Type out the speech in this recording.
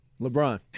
lebron